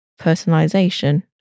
personalization